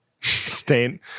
Stain-